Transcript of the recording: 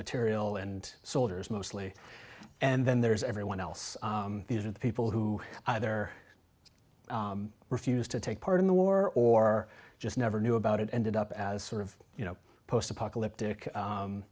material and soldiers mostly and then there's everyone else these are the people who either refused to take part in the war or just never knew about it ended up as sort of you know post apocalyptic